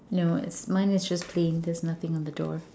no it's mine is just clean there's nothing on the door